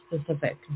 specific